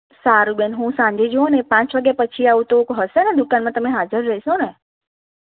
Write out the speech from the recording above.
સારું બહેન હું સાંજે જુઓ ને પાંચ વાગ્યા પછી આવું તો હશે ને દુકાનમાં તમે હાજર રહેશો ને